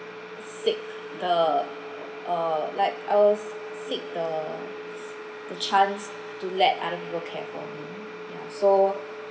seek the uh like I was seek the s~ the chance to let other people care about me ya so um